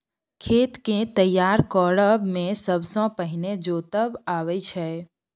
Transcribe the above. खेत केँ तैयार करब मे सबसँ पहिने जोतब अबै छै